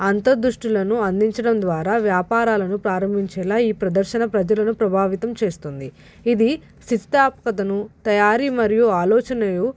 అంతర్ దృష్టిలను అందించడం ద్వారా వ్యాపారాలను ప్రారంభించేలా ఈ ప్రదర్శన ప్రజలను ప్రభావితం చేస్తుంది ఇది సిస్తాపదను తయారీ మరియు ఆలోచనను